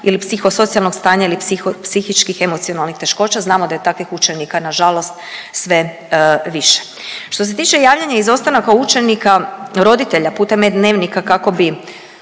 ili psihosocijalnog stanja ili psihičkih emocionalnih teškoća. Znamo da je takvih učenika na žalost sve više. Što se tiče javljanja izostanaka učenika roditelja putem e-dnevnika kako bi